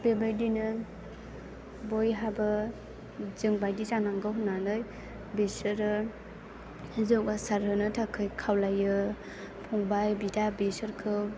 बेबायदिनो बयहाबो जोंबादि जानांगौ होननानै बिसोरो जौगासारहोनो थाखाय खावलायो फंबाय बिदा बिसोरखौ